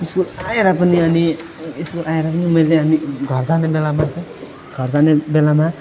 school आएर पनि अनि स्कुल आएर पनि मैले अनि घर जाने बेलामा घर जाने बेलामा